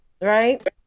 right